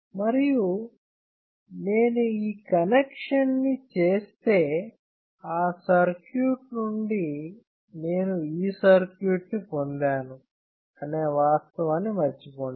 మరియు నేను ఈ కనెక్షన్ని చేస్తే ఆ సర్క్యూట్ నుండి నేను ఈ సర్క్యూట్ను పొందాను అనే వాస్తవాన్ని మర్చిపోండి